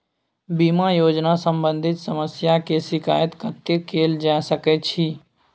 बीमा योजना सम्बंधित समस्या के शिकायत कत्ते कैल जा सकै छी?